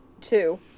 two